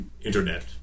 internet